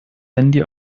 handy